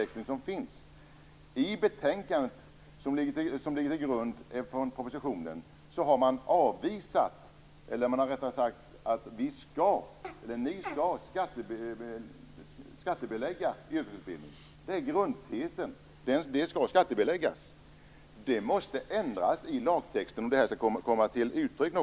I betänkandet som ligger till grund för propositionen har man sagt att yrkesutbildningen skall skattebeläggas. Det är grundtesen. Det måste ändras i lagtexten för att det inte skall bli så.